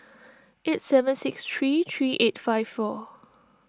eight seven six three three eight five four